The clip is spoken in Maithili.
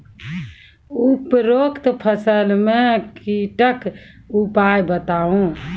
उपरोक्त फसल मे कीटक उपाय बताऊ?